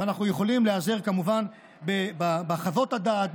אנחנו יכולים להיעזר כמובן בחוות הדעת,